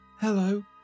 hello